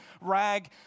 rag